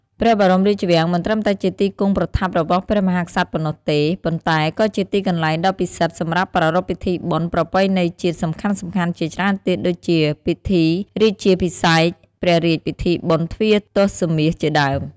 ព្រះបរមរាជវាំង មិនត្រឹមតែជាទីគង់ប្រថាប់របស់ព្រះមហាក្សត្រប៉ុណ្ណោះទេ ប៉ុន្តែក៏ជា ទីកន្លែងដ៏ពិសិដ្ឋសម្រាប់ប្រារព្ធពិធីបុណ្យប្រពៃណីជាតិសំខាន់ៗជាច្រើនទៀត ដូចជា ពិធីរាជាភិសេក ព្រះរាជពិធីបុណ្យទ្វារទសមាសជាដើម។